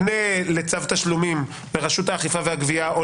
פנה לצו תשלומים לרשות האכיפה והגבייה או